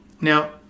Now